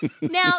Now